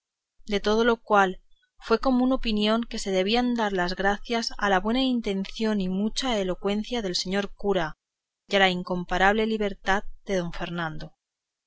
de todo lo cual fue común opinión que se debían dar las gracias a la buena intención y mucha elocuencia del señor cura y a la incomparable liberalidad de don fernando